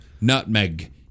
nutmeg